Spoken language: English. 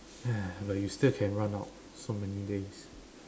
but you still can run out so many days